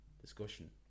discussion